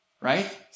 right